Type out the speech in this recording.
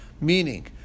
Meaning